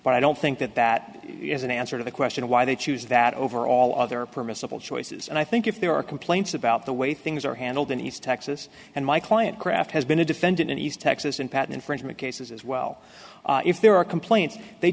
but i don't think that that is an answer to the question of why they choose that over all other permissible choices and i think if there are complaints about the way things are handled in east texas and my client craft has been a defendant in east texas and patent infringement cases as well if there are complaints they